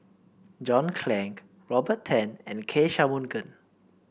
John Clang Robert Tan and K Shanmugam